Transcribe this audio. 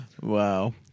Wow